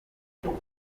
kugera